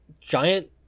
giant